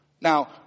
Now